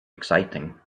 exciting